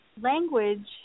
language